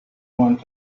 want